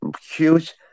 huge